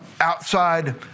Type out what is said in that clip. outside